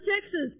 Texas